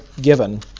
given